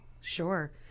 Sure